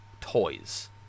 toys